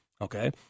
Okay